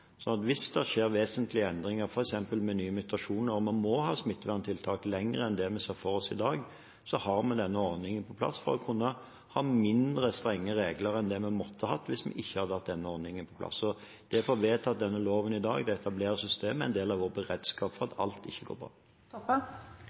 Hvis det skjer vesentlige endringer, f.eks. med nye mutasjoner, og man må ha smitteverntiltak lenger enn det vi ser for oss i dag, så har vi denne ordningen på plass for å kunne ha mindre strenge regler enn det vi måtte hatt om vi ikke hadde hatt denne ordningen på plass. Så det å få vedtatt denne loven i dag og etablere det systemet, er en del av vår beredskap om alt ikke går bra. Takk for